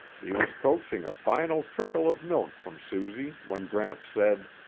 he was coaxing a final trickle of milk from susie when gramps said,